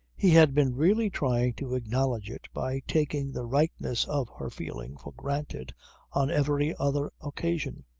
he had been really trying to acknowledge it by taking the rightness of her feeling for granted on every other occasion.